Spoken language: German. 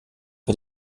mit